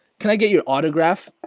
can i get your autograph?